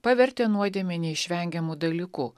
pavertė nuodėmę neišvengiamu dalyku